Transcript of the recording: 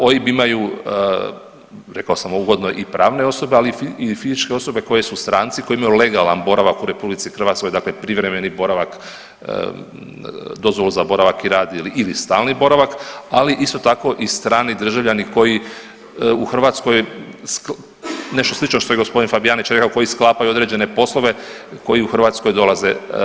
OIB imaju rekao sam uvodno i pravne osobe ali i fizičke osobe koji su stranci koji imaju legalan boravak u RH, dakle privremeni boravak, dozvolu za boravak i rad ili stalni boravak, ali isto tako i strani državljani koji u Hrvatskoj, nešto slično što je gospodin Fabijanić rekao koji sklapaju određene poslove koji u Hrvatskoj dolaze.